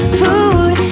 food